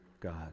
God